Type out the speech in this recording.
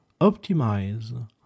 optimize